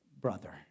brother